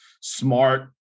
smart